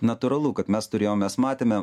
natūralu kad mes turėjom mes matėme